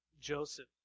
Joseph